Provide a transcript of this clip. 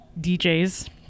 dj's